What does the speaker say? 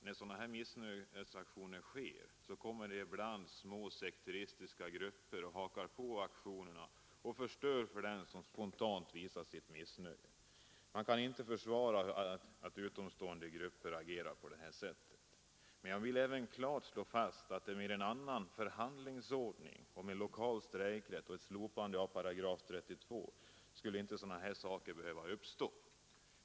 När sådana här missnöjesaktioner sker kommer det ibland små sekteristiska grupper och hakar på aktionen och förstör för dem som spontant visat sitt missnöje. Man kan inte försvara att utomstående grupper agerar på detta sätt. Men jag vill klart slå fast att med en annan förhandlingsordning, med lokal strejkrätt och ett slopande av § 32 skulle inte sådana här situationer behöva uppstå.